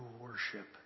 worship